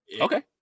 Okay